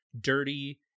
dirty